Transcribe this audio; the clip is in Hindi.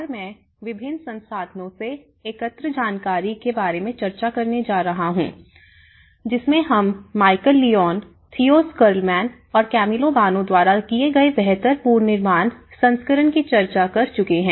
और मैं विभिन्न संसाधनों से एकत्रित जानकारी के बारे में चर्चा करने जा रहा हूं जिसमें हम माइकल लियोन थियो स्कर्लमैन और कैमिलो बानो द्वारा किए गए बेहतर पूर्ण निर्माण संस्करण की चर्चा कर चुके हैं